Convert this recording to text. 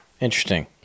Interesting